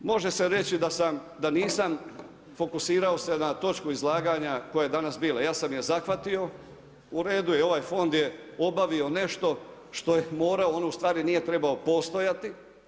Dakle, može se reći da nisam fokusirao se na točku izlaganja koja je danas bila, ja sam je zahvatio, u redu je i ovaj fond je obavio nešto što je morao, on ustvari nije trebao postojati.